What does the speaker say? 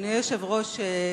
אדוני היושב-ראש,